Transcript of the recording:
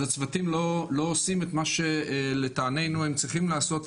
אז הצוותים לא עושים את מה שלטעמנו הם צריכים לעשות,